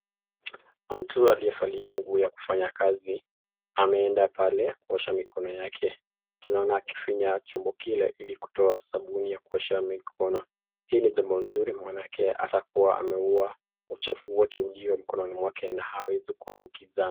Mtu aliyevalia nguo ya kufanya kazi ammenda pale kuosha mikono yake. Tunaona akifinya chombo kile ili kutoa sabuni ya kuosha mikono. Hili ni jambo nzuri manake anafaa kuwa ameua uchofu wote ulio mikononi mwake na haweziambukiza.